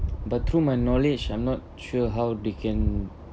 but through my knowledge I'm not sure how they can